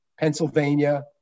Pennsylvania